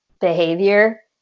behavior